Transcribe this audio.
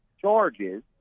charges